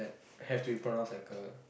have to pronounce like a